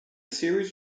series